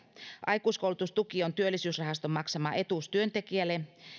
aikuiskoulutustuki on työllisyysrahaston maksama etuus työntekijälle